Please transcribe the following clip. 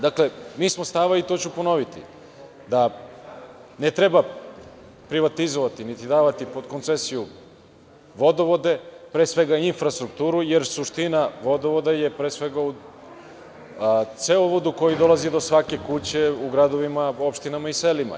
Dakle, mi smo stava, i to ću ponoviti, da ne treba privatizovati niti davati pod koncesiju vodovode, pre svega infrastrukturu, jer suština vodovoda je pre svega u cevovodu koji dolazi do svake kuće u gradovima, opštinama i selima.